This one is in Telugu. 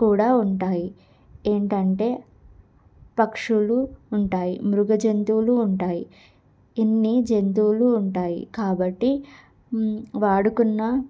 కూడా ఉంటాయి ఏంటంటే పక్షులు ఉంటాయి మృగజంతువులు ఉంటాయి ఇన్ని జంతువులు ఉంటాయి కాబట్టి వాడుకున్న